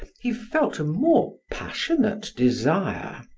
he felt a more passionate desire.